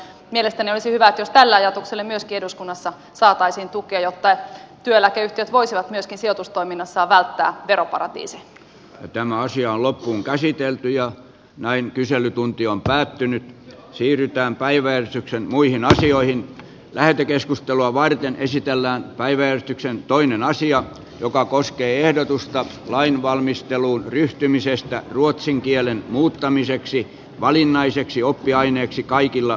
mielestäni olisi hyvä jos tälle ajatukselle myöskin eduskunnassa saataisiin tukea jotta työeläkeyhtiöt voisivat myöskin sijoitustoiminnassaan välttää veroparatiiseja ja naisia loppuun käsitelty ja näin kyselytunti on päätynyt siirrytään päiväystyksen muihin asioihin lähetekeskustelua varten esitellään päivystyksen toinen asia joka koskee ehdotusta lainvalmisteluun ryhtymisestä ruotsin kielen muuttamiseksi valinnaiseksi oppiaineeksi kaikilla